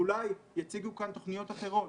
ואולי יציגו כאן תוכניות אחרות